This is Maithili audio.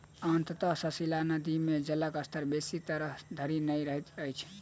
अंतः सलीला नदी मे जलक स्तर बेसी तर धरि नै रहैत अछि